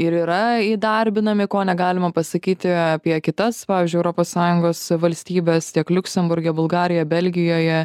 ir yra įdarbinami ko negalima pasakyti apie kitas pavyzdžiui europos sąjungos valstybes tiek liuksemburge bulgarija belgijoje